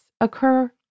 occur